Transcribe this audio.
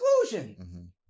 exclusion